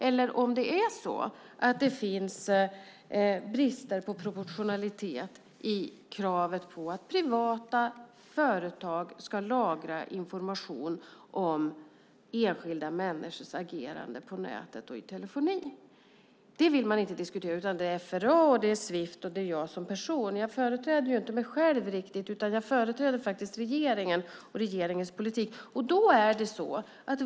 Man vill inte diskutera om det finns brister när det gäller proportionalitet i kravet på att privata företag ska lagra information om enskilda människors agerande på nätet och i telefoni. Man pratar om FRA och Swift och om mig som person. Jag företräder ju inte mig själv; jag företräder regeringen och regeringens politik.